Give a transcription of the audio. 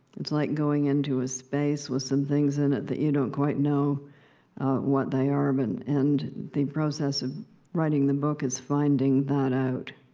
it's like going into a space with some things in it that you don't quite know what they are, but um and and the process of writing the book is finding that out.